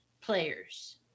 players